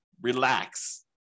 Relax